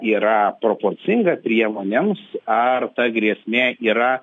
yra proporcinga priemonėms ar ta grėsmė yra